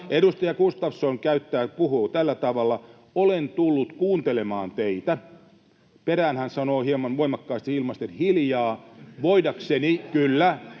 Edustaja Gustafsson puhuu tällä tavalla: ”Olen tullut kuuntelemaan teitä...” — Perään hän sanoo hieman voimakkaasti ilmaisten ”hiljaa”. — ”...voidaksemme...”